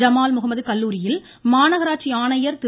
Jamal Mohamed கல்லூரியில் மாநகராட்சி ஆணையர் திரு